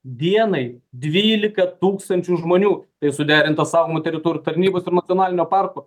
dienai dvylika tūkstančių žmonių tai suderinta saugomų teritorijų tarnybos ir nacionalinio parko